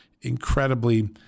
incredibly